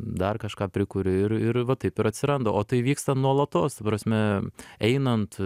dar kažką prikuri ir ir va taip ir atsiranda o tai vyksta nuolatos ta prasme einant